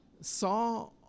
saw